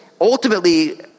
ultimately